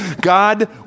God